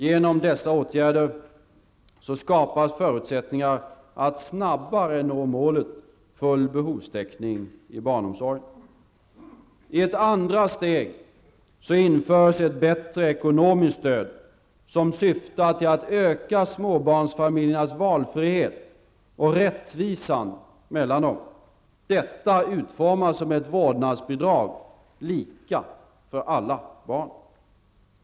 Genom dessa åtgärder skapas förutsättningar att snabbare nå målet full behovstäckning i barnomsorgen. I ett andra steg införs ett bättre ekonomiskt stöd som syftar till att öka småbarnsfamiljernas valfrihet och rättvisan mellan dem. Detta utformas som ett vårdnadsbidrag, lika för alla barn.